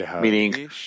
meaning